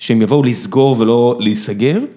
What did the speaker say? שהם יבואו לסגור ולא להיסגר.